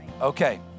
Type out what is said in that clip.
Okay